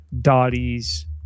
Dottie's